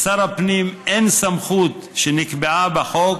לשר הפנים אין סמכות שנקבעה בחוק